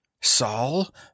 Saul